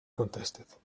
contested